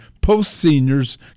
post-seniors